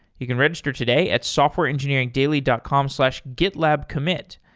you can register today at softwareengineeringdaily dot com slash gitlabcommit.